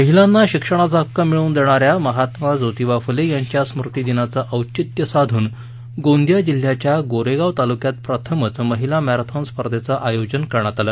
महिलांना शिक्षणाचा हक्क मिळवून देणाऱ्या महात्मा जोतिबा फुले यांच्या स्मुती दिनाचे औचित्य साधून गोंदिया जिल्ह्याच्या गोरेगाव तालुक्यात प्रथमच महिला मॅरेथॉन स्पर्धेचे आयोजन करण्यात आलं